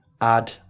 add